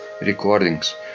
recordings